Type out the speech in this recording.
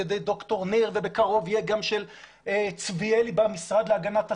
ידי דוקטור ניר ובקרוב יהיה גם של צביאלי במשרד להגנת הסביבה.